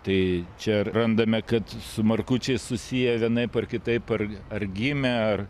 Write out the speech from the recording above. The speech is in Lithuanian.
tai čia randame kad su markučiais susiję vienaip ar kitaip ar ar gimę ar